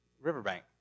riverbank